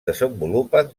desenvolupen